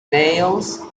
dales